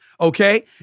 okay